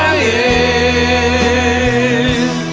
a